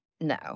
No